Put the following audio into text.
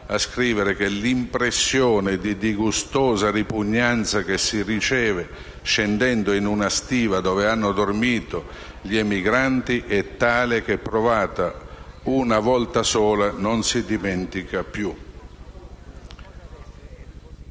a scrivere che «l'impressione di disgustosa ripugnanza che si riceve scendendo in una stiva dove hanno dormito gli emigranti è tale che, provata una volta sola, non si dimentica più».